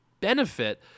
benefit